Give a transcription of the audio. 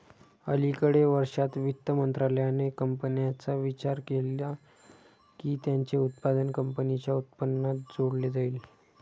अलिकडे वर्षांत, वित्त मंत्रालयाने कंपन्यांचा विचार केला की त्यांचे उत्पन्न कंपनीच्या उत्पन्नात जोडले जाईल